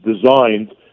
designed